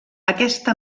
aquesta